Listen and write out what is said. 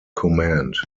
command